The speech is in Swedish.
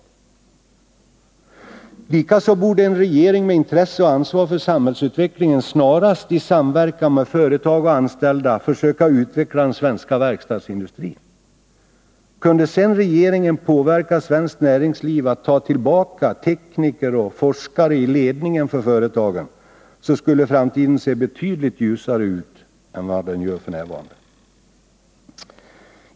Likaså borde en regering med intresse och ansvar för samhällsutvecklingen snarast i samverkan med företag och anställda försöka utveckla den svenska verkstadsindustrin. Kunde regeringen sedan påverka svenskt näringsliv och ta tillbaka tekniker och forskare i ledningen av företagen, så skulle framtiden se betydligt ljusare ut än vad den gör f.n.